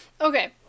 Okay